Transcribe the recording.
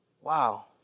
wow